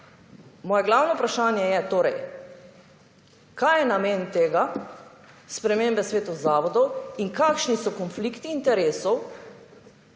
Moje glavno vprašanje je, torej kaj je namen tega, spremembe svetov zavodov in kakšni so konflikti interesov